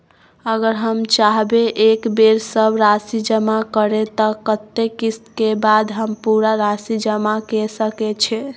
अगर हम चाहबे एक बेर सब राशि जमा करे त कत्ते किस्त के बाद हम पूरा राशि जमा के सके छि?